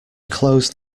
closed